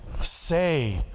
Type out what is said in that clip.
say